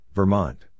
Vermont